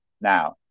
now